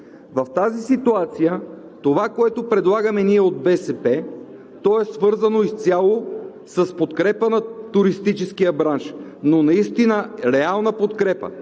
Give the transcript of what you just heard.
В тази ситуация това, което предлагаме ние от БСП, е свързано изцяло с подкрепа на туристическия бранш, но наистина реална подкрепа,